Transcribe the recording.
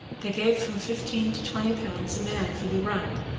they gave from fifteen to twenty pounds a man for the run.